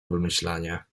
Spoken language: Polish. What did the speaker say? wymyślanie